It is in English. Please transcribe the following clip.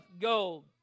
gold